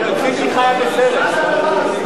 אני קורא אותך לסדר פעם ראשונה.